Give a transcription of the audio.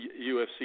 UFC